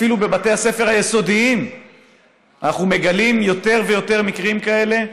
אפילו בבתי הספר היסודיים אנחנו מגלים יותר ויותר מקרים כאלה.